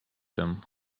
him